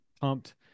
pumped